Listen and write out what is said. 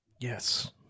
Yes